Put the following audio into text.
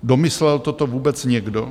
Domyslel toto vůbec někdo?